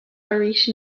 arís